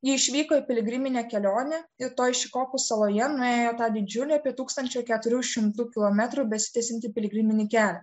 ji išvyko į piligriminę kelionę toj šikoku saloje nuėjo tą didžiulį apie tūkstančio keturių kilometrų besitęsiantį piligriminį kelią